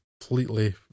completely